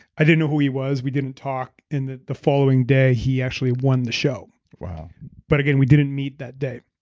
i didn't know who he was, we didn't talk and the the following day he actually won the show. but again, we didn't meet that day,